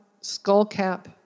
skullcap